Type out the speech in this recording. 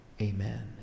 amen